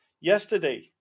Yesterday